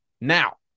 Now